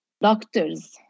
doctors